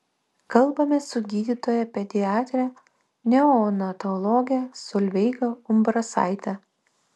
kalbamės su gydytoja pediatre neonatologe solveiga umbrasaite